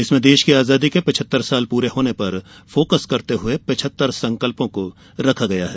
इसमें देश की आजादी के पचहत्तर साल पूरे होने पर फोकस करते हुए पचहत्तर संकल्पों को रखा गया है